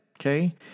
okay